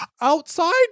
outside